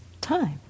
time